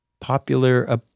popular